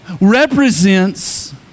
represents